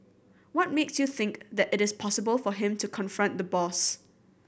what makes you think that it is possible for him to confront the boss